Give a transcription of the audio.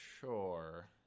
sure